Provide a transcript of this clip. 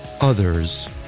others